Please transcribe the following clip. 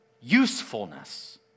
Usefulness